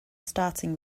starting